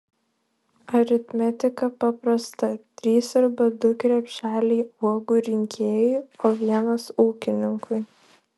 aritmetika paprasta trys arba du krepšeliai uogų rinkėjui o vienas ūkininkui